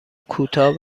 کوتاه